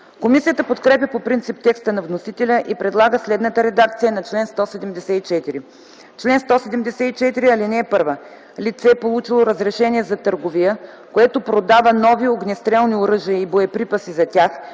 Комисията подкрепя по принцип текста на вносителя и предлага следната редакция на чл. 174: „Чл. 174. (1) Лице, получило разрешение за търговия, което продава нови огнестрелни оръжия и боеприпаси за тях